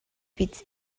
биз